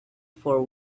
for